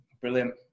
Brilliant